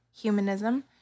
humanism